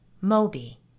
Moby